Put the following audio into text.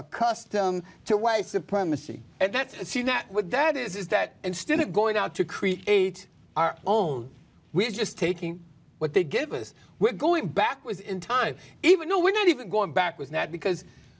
accustomed to way supremacy and that see that with that is that instead of going out to create our own we're just taking what they give us we're going backwards in time even though we're not even going back was not because